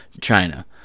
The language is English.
China